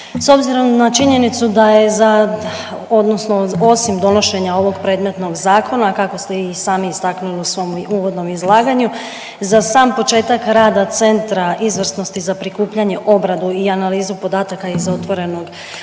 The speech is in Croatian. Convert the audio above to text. S obzirom na činjenicu da je za odnosno osim donošenja ovog predmetnog zakona, kako ste i sami istaknuli u svom uvodnom izlaganju, za sam početak rada Centra izvrsnosti za prikupljanje, obradu i analizu podataka iz otvorenog,